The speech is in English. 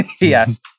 yes